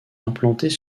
implantés